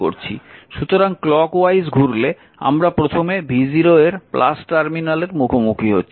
সুতরাং clockwise ঘুরলে আমরা প্রথমে v0 এর টার্মিনালের মুখোমুখি হচ্ছি